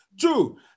Two